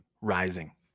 rising